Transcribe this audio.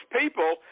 people